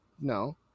No